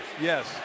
Yes